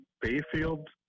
Bayfield